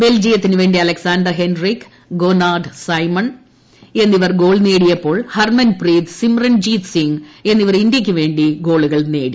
ബെൽജിയത്തിനുവേണ്ടി Alexander Hendrickx Gougnard Simon എന്നിവർ goal നേടിയപ്പോൾ Harmanpreet Simranjeet Singh എന്നിവർ ഇന്ത്യയ്ക്കുവേണ്ടി ഗോളുകൾ നേടി